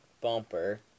bumper